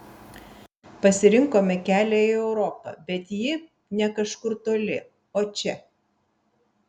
pasirinkome kelią į europą bet ji ne kažkur toli o čia